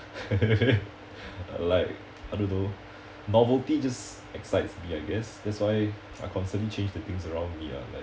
like I don't know novelty just excites me I guess that's why I constantly change the things around me ah like